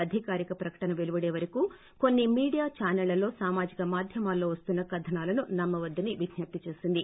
అధికారిక ప్రకటన పెలువడే వరకు కొన్సి మీడియా ఛాసెళ్లలోసామాజిక మాధ్యమాల్లో వస్తున్న కథనాలను నమ్మ వద్దని విజ్ఞప్తి చేసింది